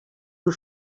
who